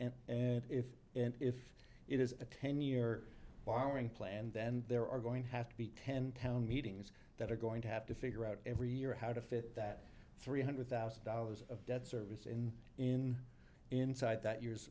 and if and if it is a ten year borrowing plan then there are going to have to be ten town meetings that are going to have to figure out every year how to fit that three hundred thousand dollars of debt service in in inside that y